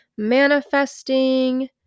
manifesting